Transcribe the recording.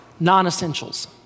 Non-essentials